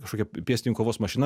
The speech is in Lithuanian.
kažkokia pėstininkų kovos mašina